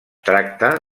tracta